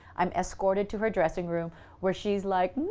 i'm escorted to her dressing room where she's like